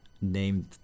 named